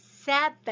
Seven